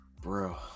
bro